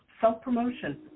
self-promotion